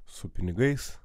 su pinigais